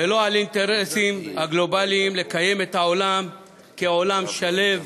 ולא מהאינטרסים הגלובליים לקיים את העולם כעולם שלו,